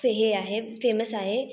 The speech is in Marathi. फ् हे आहे फेमस आहे